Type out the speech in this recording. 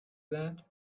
that